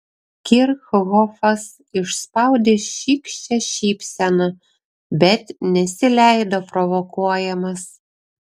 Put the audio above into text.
kirchhofas išspaudė šykščią šypseną bet nesileido provokuojamas